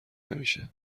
نمیشه